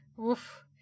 Oof